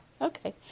Okay